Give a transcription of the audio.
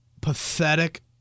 pathetic